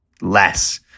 less